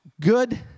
good